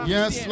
Yes